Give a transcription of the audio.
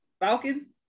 Falcon